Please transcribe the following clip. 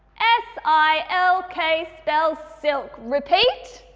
s i l k spells silk, repeat,